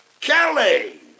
Kelly